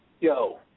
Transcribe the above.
Yo